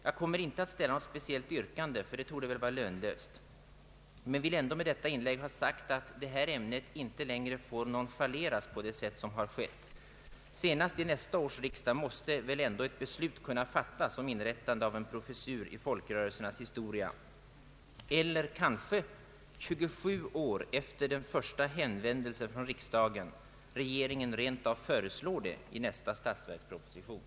Jag kommer inte att ställa något speciellt yrkande, då det torde vara lönlöst, men vill ändå med detta inlägg ha sagt att ämnet inte längre får nonchaleras på det sätt som har skett. Senast vid nästa års riksdag måste ett beslut kunna fattas om inrättande av en professur i folkrörelsernas historia. Eller kanske regeringen 27 år efter den första hänvändelsen från riksdagen rent av föreslår det i nästa statsverksproposition?